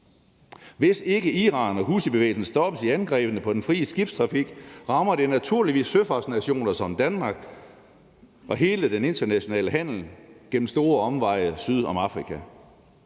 Hvis ikke Iran og houthibevægelsen stoppes i angrebene på den frie skibstrafik, rammer det naturligvis søfartsnationer som Danmark og hele den internationale handel, ved at man må tage store omveje syd om Afrika.